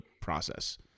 process